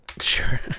sure